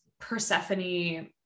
Persephone